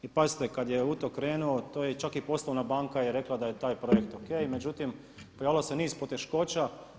I pazite kada je u to krenuo, to je, čak je i poslovna banka rekla da je taj projekt ok, međutim pojavilo se niz poteškoća.